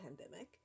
pandemic